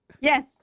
Yes